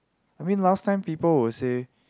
I mean last time people will say